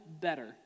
better